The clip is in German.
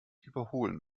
überholen